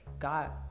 God